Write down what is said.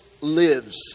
lives